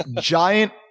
giant